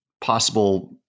possible